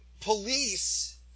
police